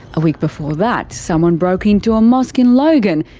a week before that, someone broke into a mosque in logan,